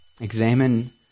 Examine